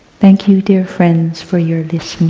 thank you, dear friends, for your listening.